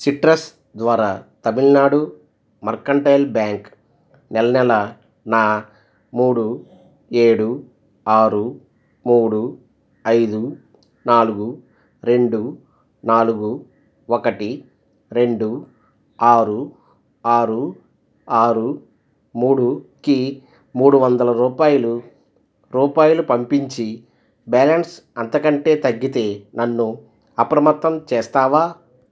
citrus ద్వారా Tamil Nadu mercantile bank నెల నెల నా మూడు ఏడు ఆరు మూడు ఐదు నాలుగు రెండు నాలుగు ఒకటి రెండు ఆరు ఆరు ఆరు మూడుకి మూడు వందల రూపాయలు రూపాయలు పంపించి బ్యాలెన్స్ అంతకంటే తగ్గితే నన్ను అప్రమత్తం చేస్తావా